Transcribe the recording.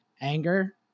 anger